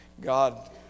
God